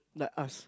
like us